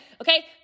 okay